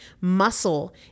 Muscle